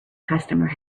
customer